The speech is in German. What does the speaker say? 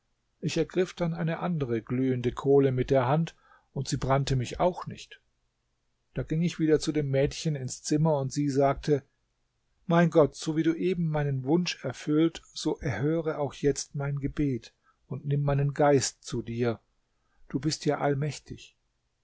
ich ergriff dann eine andere glühende kohle mit der hand und sie brannte mich auch nicht da ging ich wieder zu dem mädchen ins zimmer und sie sagte mein gott so wie du eben meinen wunsch erfüllt so erhöre auch jetzt mein gebet und nimm meinen geist zu dir du bist ja allmächtig